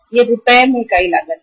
यह रुपये में इकाई लागत है